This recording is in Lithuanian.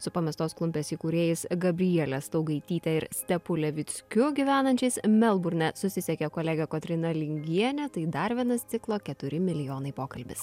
su pamestos klumpės įkūrėjais gabriele staugaityte ir stepu levickiu gyvenančiais melburne susisiekė kolegė kotryna lingienė tai dar vienas ciklo keturi milijonai pokalbis